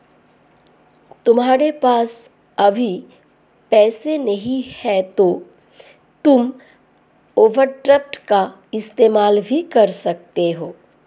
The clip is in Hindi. तुम्हारे पास अभी पैसे नहीं है तो तुम ओवरड्राफ्ट का इस्तेमाल भी कर सकते हो